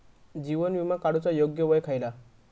जीवन विमा काडूचा योग्य वय खयला?